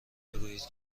بگویید